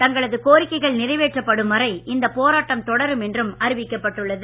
தங்களது கோரிக்கைகள் நிறைவேற்றப்படும் வரை இந்தப் போராட்டம் தொடரும் என்றும் அறிவிக்கப்பட்டு உள்ளது